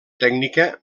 tècnica